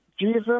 Jesus